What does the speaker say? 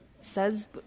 Says